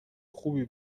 خوبی